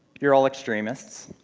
you're all extremists.